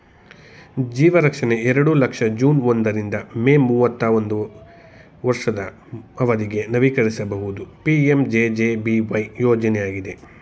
ಜೀವರಕ್ಷಣೆ ಎರಡು ಲಕ್ಷ ಜೂನ್ ಒಂದ ರಿಂದ ಮೇ ಮೂವತ್ತಾ ಒಂದುಗೆ ವರ್ಷದ ಅವಧಿಗೆ ನವೀಕರಿಸಬಹುದು ಪಿ.ಎಂ.ಜೆ.ಜೆ.ಬಿ.ವೈ ಯೋಜ್ನಯಾಗಿದೆ